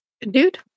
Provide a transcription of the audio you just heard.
Dude